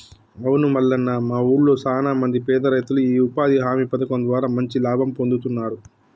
అవును మల్లన్న మా ఊళ్లో సాన మంది పేద రైతులు ఈ ఉపాధి హామీ పథకం ద్వారా మంచి లాభం పొందుతున్నారు